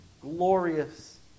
glorious